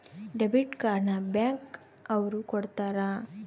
debit card ನ bank ಅವ್ರು ಕೊಡ್ತಾರ